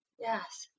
Yes